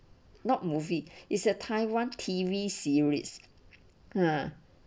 not movie is a taiwan T_V series ah